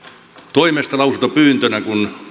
toimesta lausuntopyyntönä kun